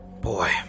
Boy